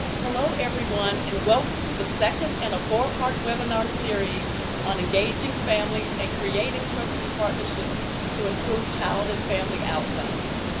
hello everyone, and welcome to the second in and a four-part webinar series on engaging families and creating trusting partnerships to improve child and family outcomes.